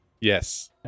Yes